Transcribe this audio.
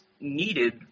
needed